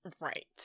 Right